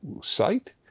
site